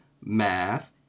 math